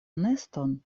neston